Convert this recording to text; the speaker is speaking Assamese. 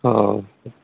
অঁ